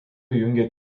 jungia